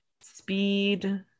speed